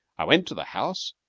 i went to the house.